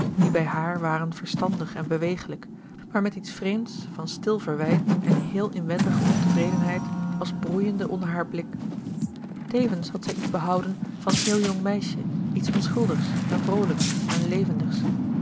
die bij haar waren verstandig en bewegelijk maar met iets vreemds van stil verwijt en heel inwendige ontevredenheid als broeiende onder haar blik tevens had zij iets behouden van heel jongmeisje iets onschuldigs en vroolijks en levendigs